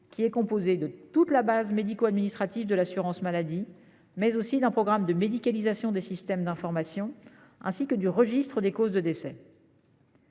Il est composé de toute la base médico-administrative de l'assurance maladie, mais aussi du programme de médicalisation des systèmes d'information (PMSI), ainsi que du registre des causes de décès.